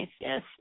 yes